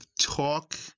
talk